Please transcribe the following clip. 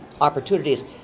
opportunities